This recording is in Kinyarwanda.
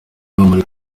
muri